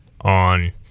on –